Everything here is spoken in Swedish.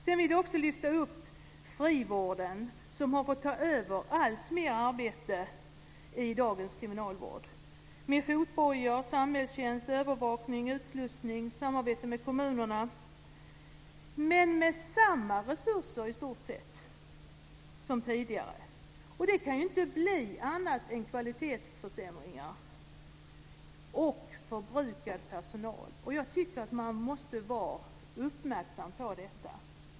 Jag vill också lyfta fram frivården, som har fått ta över alltmer arbete i dagens kriminalvård. Det gäller fotboja, samhällstjänst, övervakning, utslussning och samarbete med kommunerna - men med i stort sett samma resurser som tidigare. Det kan ju inte bli annat än kvalitetsförsämringar och förbrukad personal. Jag tycker att man måste vara uppmärksam på detta.